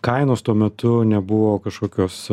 kainos tuo metu nebuvo kažkokios